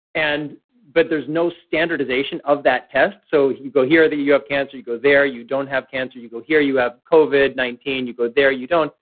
and but there's no standardization of that test, so you go here, you you have cancer. you go there you don't have cancer. you go here. you have covid nineteen. you go there. you don't.